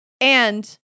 And-